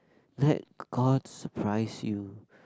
let god surprise you